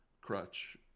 crutch